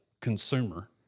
consumer